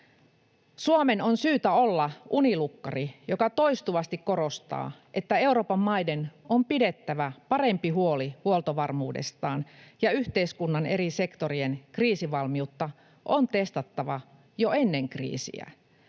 Suomen on syytä olla unilukkari, joka toistuvasti korostaa, että Euroopan maiden on pidettävä parempi huoli huoltovarmuudestaan ja yhteiskunnan eri sektorien kriisivalmiutta on testattava jo ennen kriisiä.